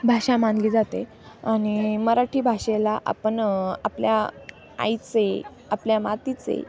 भाषा मानली जाते आणि मराठी भाषेला आपण आपल्या आईचे आपल्या मातीचे